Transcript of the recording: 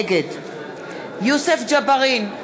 נגד יוסף ג'בארין,